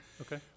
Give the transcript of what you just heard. Okay